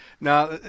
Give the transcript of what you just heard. Now